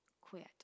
quit